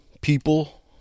people